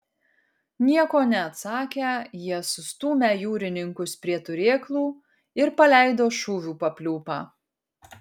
nieko neatsakę jie sustūmę jūrininkus prie turėklų ir paleido šūvių papliūpą